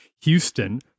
Houston